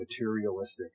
materialistic